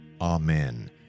Amen